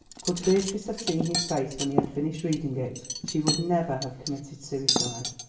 could beatrice have seen his face when he had finished reading it she would never have committed suicide.